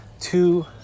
Two